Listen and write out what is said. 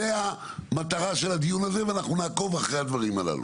זו המטרה של הדיון הזה ואנחנו נעקוב אחרי הדברים הללו.